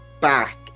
back